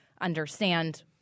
understand